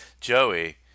Joey